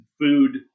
food